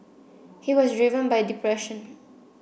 he was driven by depression